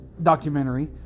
Documentary